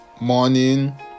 morning